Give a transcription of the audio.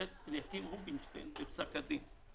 השופט אליקים רובינשטיין בפסק הדין.